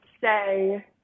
say